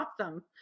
awesome